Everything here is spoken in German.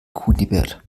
kunibert